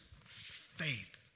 faith